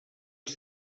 els